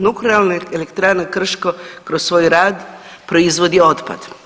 Nuklearna elektrana Krško kroz svoj rad proizvodi otpad.